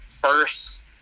first